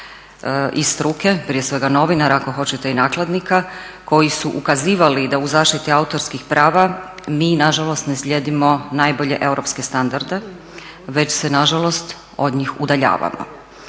iz struke prije svega novinara ako hoćete i nakladnika koji su ukazivali da u zaštiti autorskih prava mi nažalost ne slijedimo najbolje europske standarde već se nažalost od njih udaljavamo.